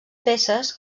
peces